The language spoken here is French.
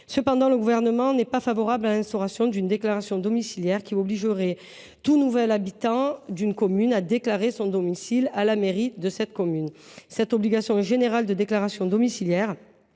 Cependant, le Gouvernement n’est pas favorable à l’instauration d’une déclaration domiciliaire qui obligerait tout nouvel habitant d’une commune à déclarer son domicile à la mairie de ladite commune. Cette obligation générale de déclaration domiciliaire